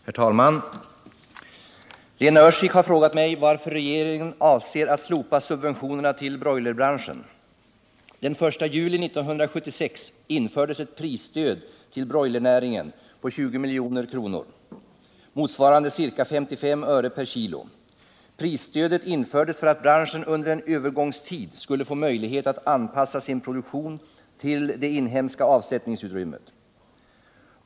Herr talman! Lena Öhrsvik har frågat mig varför regeringen avser att slopa subventionerna till broilerbranschen. övergångsperiod skulle få möjlighet att anpassa sin produktion till det Nr 106 inhemska avsättningsutrymmet.